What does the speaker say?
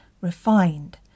refined